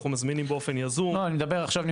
אנחנו מזמינים באופן יזום.